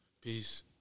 Peace